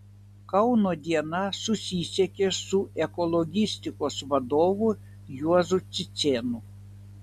kauno diena susisiekė su ekologistikos vadovu juozu cicėnu